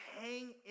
hang